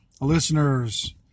listeners